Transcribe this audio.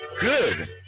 Good